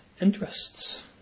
interests